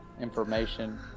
information